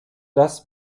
das